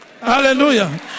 Hallelujah